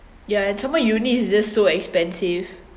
ya and some more uni is just so expensive